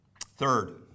Third